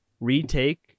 retake